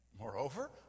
Moreover